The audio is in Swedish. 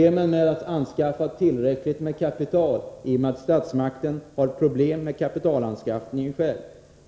FFV har också svårt att anskaffa tillräckligt med kapital, i och med att statsmakten själv har problem med kapitalanskaffningen. Ett tredje